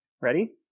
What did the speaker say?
ready